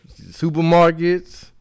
supermarkets